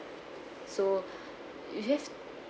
so you have